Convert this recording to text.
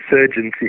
insurgency